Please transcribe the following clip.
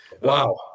Wow